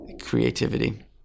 creativity